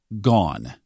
gone